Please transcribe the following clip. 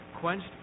quenched